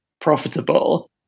profitable